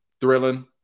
thrilling